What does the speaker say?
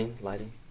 lighting